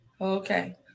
Okay